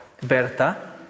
Berta